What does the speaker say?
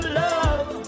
love